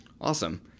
Awesome